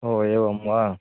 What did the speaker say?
ओ एवं वा